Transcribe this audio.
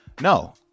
No